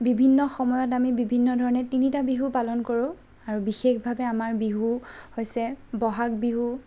বিভিন্ন সময়ত আমি বিভিন্ন ধৰণে তিনিটা বিহু পালন কৰোঁ আৰু বিশেষভাৱে আমাৰ বিহু হৈছে বহাগ বিহু